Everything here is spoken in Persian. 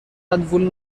وول